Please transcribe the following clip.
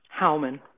Howman